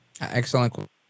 Excellent